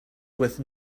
with